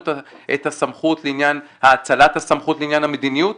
את הסמכות לעניין האצלת הסמכות לעניין המדיניות.